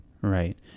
Right